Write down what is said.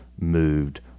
moved